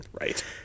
Right